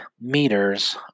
meters